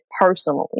personally